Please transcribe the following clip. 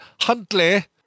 Huntley